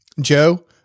Joe